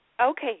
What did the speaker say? Okay